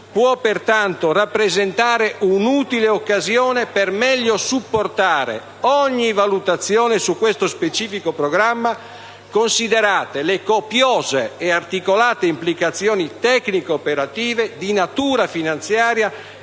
può pertanto rappresentare un'utile occasione per meglio supportare ogni valutazione su questo specifico programma, considerate le copiose e articolate implicazioni tecnico-operative, di natura finanziaria